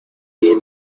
gain